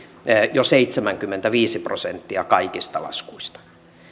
jo seitsemänkymmentäviisi prosenttia kaikista laskuista